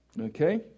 Okay